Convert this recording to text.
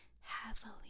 heavily